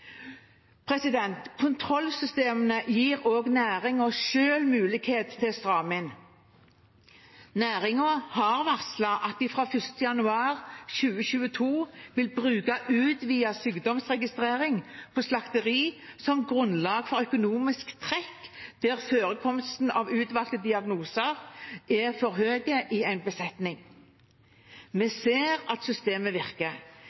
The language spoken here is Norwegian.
Kontrollsystemene gir også næringen selv mulighet til å stramme inn. Næringen har varslet at de fra 1. januar 2022 vil bruke utvidet sykdomsregistrering på slakteri som grunnlag for økonomisk trekk der forekomsten av utvalgte diagnoser er for høy i en besetning. Vi ser at systemet virker.